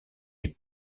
les